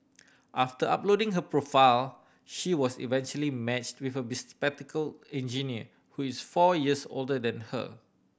after uploading her profile she was eventually matched with a bespectacle engineer who is four years older than her